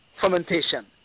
fermentation